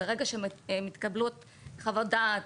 ברגע שמתקבלת חוות דעת